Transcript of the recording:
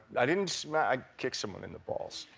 i didn't smack, i kicked someone in the balls.